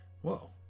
Whoa